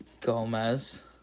Gomez